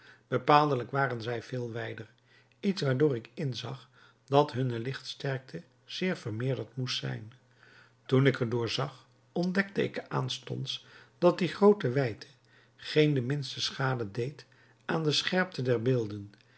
bepaaldelijk waren zij veel wijder iets waardoor ik inzag dat hunne lichtsterkte zeer vermeerderd moest zijn toen ik er door zag ontdekte ik aanstonds dat die groote wijdte geen de minste schade deed aan de scherpte der beelden